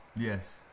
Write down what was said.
Yes